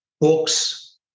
books